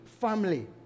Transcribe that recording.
family